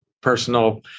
personal